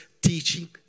teaching